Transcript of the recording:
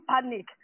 panic